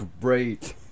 great